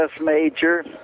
major